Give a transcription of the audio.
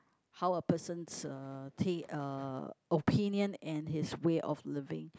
how a person's uh ta~ uh opinion and his way of living